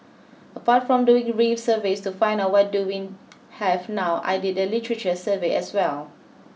apart from doing reef surveys to find out what do we have now I did a literature survey as well